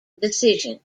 decision